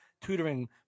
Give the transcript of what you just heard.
tutoring